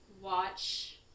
watch